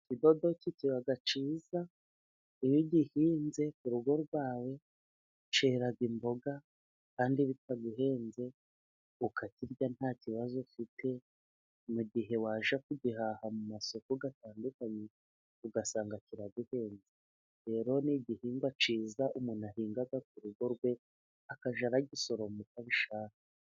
Ikidodoki kiba cyiza iyo ugihinze ku rugo rwawe cyera imboga kandi bitamuhenze, ukakirya nta kibazo ufite, mu gihe waje kugihaha mu masoko atandukanye ugasanga kiraguhenze. Rero ni igihingwa cyiza umuntu ahinga ku rugo rwe, akajya agisoromo uko abishaka.